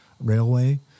Railway